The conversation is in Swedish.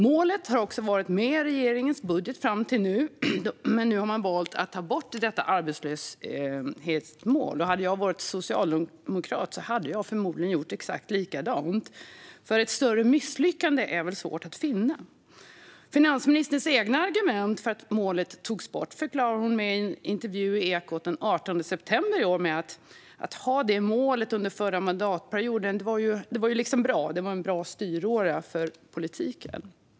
Målet har också varit med i regeringens budget fram till nu, då man har valt att bort arbetslöshetsmålet. Om jag hade varit socialdemokrat hade jag förmodligen gjort exakt likadant, för ett större misslyckande är svårt att finna. Finansministerns egna argument för att målet togs bort förklarade hon i en intervju i Ekot den 18 september: Att ha det målet under förra mandatperioden, det var ju liksom bra. Det var en bra styråra för politiken.